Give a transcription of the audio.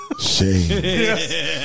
Shame